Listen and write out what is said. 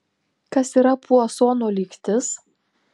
kas yra puasono lygtis